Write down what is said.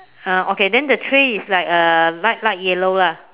ah okay then the tray is like uh light light yellow ah